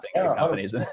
companies